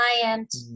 client